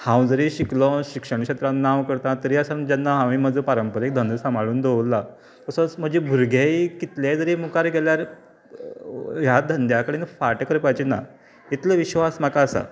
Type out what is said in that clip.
हांव जरी शिकलो शिक्षण क्षेत्रान नांव करता तरी आसतना जेन्ना हांवें म्हजो पारंपारीक धंदो सांबाळून दवरलो तसोच म्हजो भुरगेंय कितले जरी मुखार गेले ह्या धंद्या कडेन फाट करपाची ना इतलो विश्वास म्हाका आसा